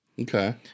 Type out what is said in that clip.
Okay